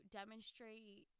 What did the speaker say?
demonstrate